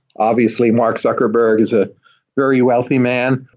obviously, mark zuckerberg is a very wealthy man.